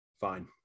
fine